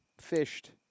fished